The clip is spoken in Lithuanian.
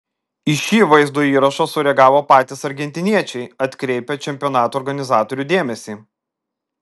į šį vaizdo įrašą sureagavo patys argentiniečiai atkreipę čempionato organizatorių dėmesį